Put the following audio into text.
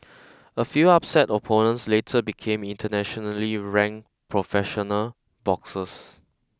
a few upset opponents later became internationally ranked professional boxers